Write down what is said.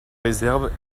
réserves